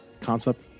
concept